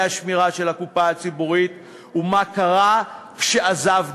השמירה של הקופה הציבורית ומה קרה כשעזבנו.